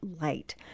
light